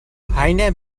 heiner